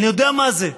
אני יודע מה זה,